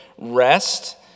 rest